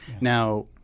Now